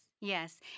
Yes